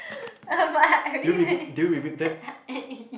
but I really meant